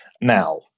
Now